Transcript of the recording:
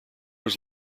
was